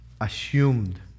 assumed